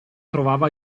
trovava